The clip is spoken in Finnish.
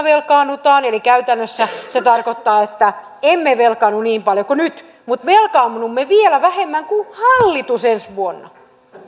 velkaannutaan eli käytännössä se tarkoittaa että emme velkaannu niin paljon kuin nyt mutta velkaannumme vielä vähemmän kuin hallitus ensi vuonna